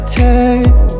take